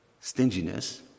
stinginess